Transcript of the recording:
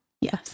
yes